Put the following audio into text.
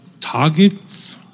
Targets